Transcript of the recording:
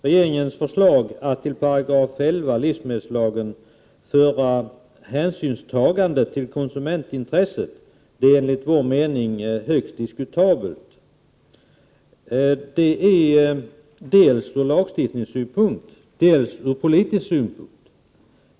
Regeringens förslag att till 11 § livsmedelslagen föra hänsynstagande till konsumentintresset är enligt vår mening högst diskutabelt, dels ur lagstiftningssynpunkt, dels ur politisk synpunkt.